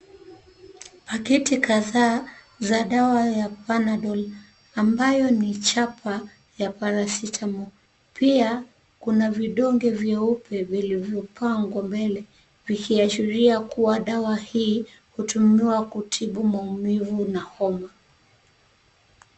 Pakiti kadhaa za dawa ya panadol ambayo ni chapa ya paracetamol , pia kuna vidonge vyeupe vilivyopangwa mbele vikiashiria kuwa dawa hii hutumiwa kutibu maumivu na homa.